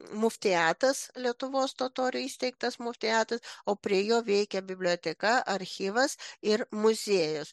muftijatas lietuvos totorių įsteigtas muftijatas o prie jo veikė biblioteka archyvas ir muziejus